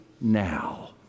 now